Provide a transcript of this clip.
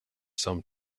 some